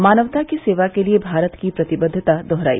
मानवता की सेवा के लिए भारत की प्रतिबद्वता दोहराई